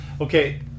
Okay